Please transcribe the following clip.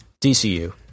DCU